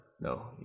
no